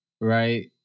right